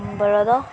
ବଳଦ